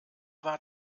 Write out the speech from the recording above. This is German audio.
war